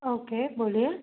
okay बोलिए